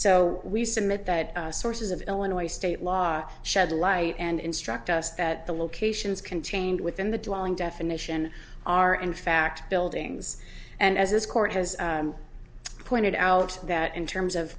submit that sources of illinois state law shed light and instruct us that the locations contained within the dwelling definition are in fact buildings and as this court has pointed out that in terms of